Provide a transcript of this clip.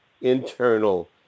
internal